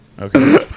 Okay